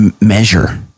measure